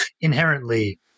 inherently